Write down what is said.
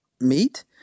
meat